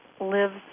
lives